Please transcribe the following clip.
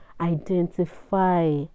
identify